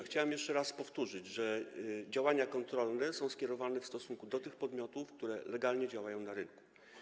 Chciałbym jeszcze raz powtórzyć, że działania kontrolne są skierowane w stosunku do tych podmiotów, które legalnie działają na rynku.